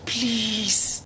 Please